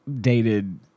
dated